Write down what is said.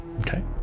Okay